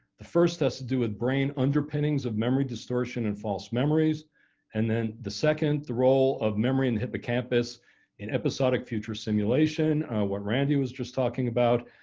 the first test to do with brain underpinnings of memory distortion and false memories. danielschacter and then the second, the role of memory and hippocampus in episodic future simulation what randy was just talking about,